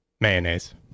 mayonnaise